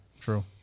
true